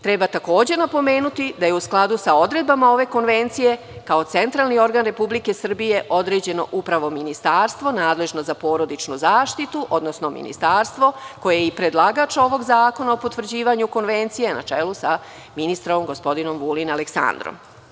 Treba takođe napomenuti da je u skladu sa odredbama ove konvencije, kao centralni organ Republike Srbije određeno upravo ministarstvo nadležno za porodičnu zaštitu, odnosno Ministarstvo koje je i predlagač ovog zakona o potvrđivanju Konvencije, na čelu sa ministrom gospodinom Vulin Aleksandrom.